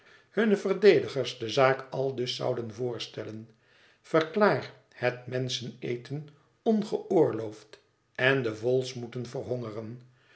hunne verdedigers de zaak aldus zouden voorstellen verklaar het menscheneten ongeoorloofd en de vholes'en moeten verhongeren